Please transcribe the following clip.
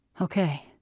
Okay